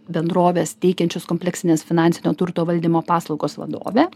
bendrovės teikiančios kompleksines finansinio turto valdymo paslaugas vadovė